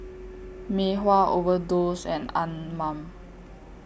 Mei Hua Overdose and Anmum